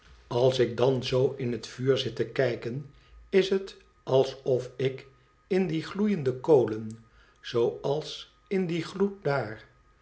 als ik dan zoo in het vuur zit te kijken is het alsof ik in die gloei ende kolen zooals in dien gloed daar